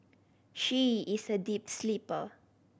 she is a deep sleeper